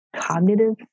cognitive